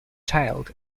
child